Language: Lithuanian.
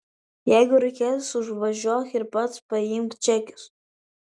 jeigu reikės užvažiuok ir pats paimk čekius